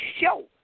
show